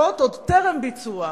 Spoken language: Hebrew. האם אתה רוצה לשתות קפה?